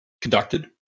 conducted